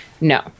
no